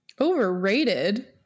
Overrated